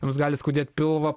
mums gali skaudėti pilvą